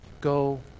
Go